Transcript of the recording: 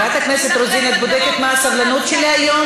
חברת הכנסת רוזין, את בודקת מה הסבלנות שלי היום?